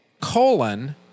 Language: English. colon